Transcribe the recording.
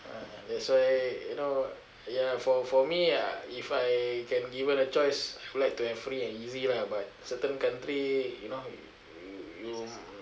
uh that's why you know ya for for me ah if I can given a choice I'd like to have free and easy lah but certain country you know you